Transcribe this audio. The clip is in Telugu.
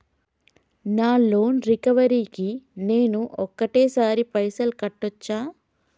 నా లోన్ రికవరీ కి నేను ఒకటేసరి పైసల్ కట్టొచ్చా?